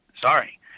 Sorry